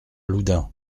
loudun